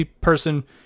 person